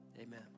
amen